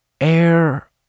air